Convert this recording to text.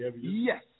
Yes